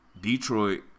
Detroit